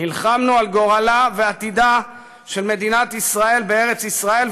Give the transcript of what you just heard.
נלחמנו על גורלה ועתידה של מדינת ישראל בארץ-ישראל,